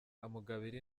amugabira